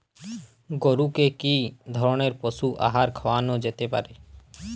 গরু কে কি ধরনের পশু আহার খাওয়ানো যেতে পারে?